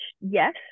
yes